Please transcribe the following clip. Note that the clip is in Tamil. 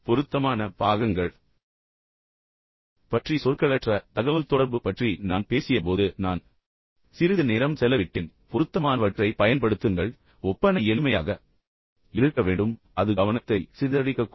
பொருத்தமான பாகங்கள் பொருத்தமான பாகங்கள் பற்றி சொற்களற்ற தகவல்தொடர்பு பற்றி நான் பேசியபோது நான் ஏற்கனவே சிறிது நேரம் செலவிட்டேன் பொருத்தமானவற்றை பயன்படுத்துங்கள் ஒப்பனை எளிமையாக இருக்க வேண்டும் அது கவனத்தை சிதறடிக்கக்கூடாது